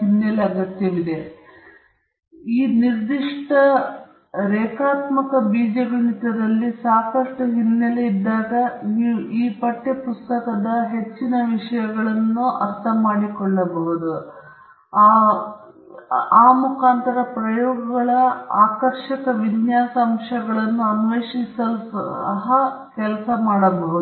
ಹಿನ್ನೆಲೆ ಅಗತ್ಯವಿದೆ ಮತ್ತು ಈ ನಿರ್ದಿಷ್ಟ ರೇಖಾತ್ಮಕ ಬೀಜಗಣಿತದಲ್ಲಿ ಸಾಕಷ್ಟು ಹಿನ್ನೆಲೆ ಇದ್ದಾಗ ನೀವು ಪಠ್ಯ ಪುಸ್ತಕದಲ್ಲಿ ಹೆಚ್ಚಿನ ವಿಷಯಗಳ ಮೂಲಕ ಮತ್ತು ಪ್ರಯೋಗಗಳ ವಿನ್ಯಾಸ ಆಕರ್ಷಕ ಅಂಶಗಳನ್ನು ಅನ್ವೇಷಿಸಲು ಕೆಲಸ ಮಾಡಬಹುದು